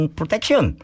protection